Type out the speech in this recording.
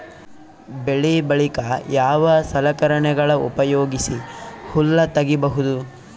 ಬೆಳಿ ಬಳಿಕ ಯಾವ ಸಲಕರಣೆಗಳ ಉಪಯೋಗಿಸಿ ಹುಲ್ಲ ತಗಿಬಹುದು?